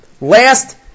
Last